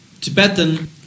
Tibetan